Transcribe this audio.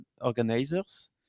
organizers